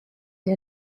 die